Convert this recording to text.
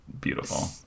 beautiful